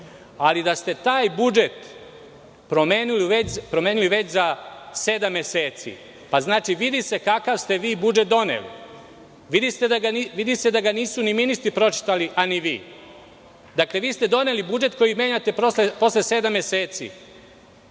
ali da ste taj budžet promenili već za sedam meseci. Znači, vidi se kakav ste vi budžet doneli. Vidi se da ga nisu ni ministri pročitali, a ni vi. Dakle, vi ste doneli budžet koji menjate posle sedam meseci,